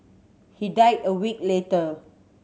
he died a week later